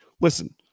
listen